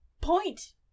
point